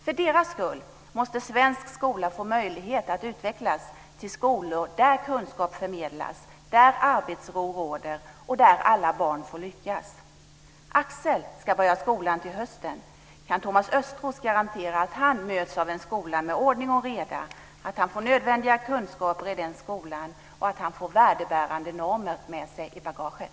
För deras skull måste svensk skola få möjlighet att utvecklas till skolor där kunskap förmedlas, där arbetsro råder och där alla barn får lyckas. Östros garantera att han möts av en skola med ordning och reda, att han får nödvändiga kunskaper i den skolan och att han får värdebärande normer med sig i bagaget?